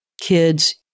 kids